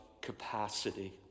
capacity